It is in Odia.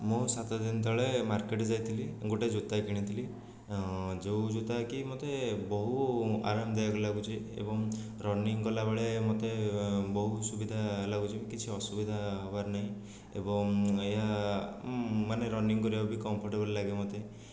ମୁଁ ସାତ ଦିନ ତଳେ ମାର୍କେଟ ଯାଇଥିଲି ଗୋଟିଏ ଜୋତା କିଣିଥିଲି ଯେଉଁ ଜୋତାକି ମୋତେ ବହୁ ଆରାମ୍ଦାୟକ ଲାଗୁଛି ଏବଂ ରନିଂ କଲାବେଳେ ମୋତେ ବହୁ ସୁବିଧା ଲାଗୁଛି କିଛି ଅସୁବିଧା ହେବାର ନାହିଁ ଏବଂ ଏହା ମାନେ ରନିଂ କରିବାକୁ ବି କମ୍ଫର୍ଟେବଲ ଲାଗେ ମୋତେ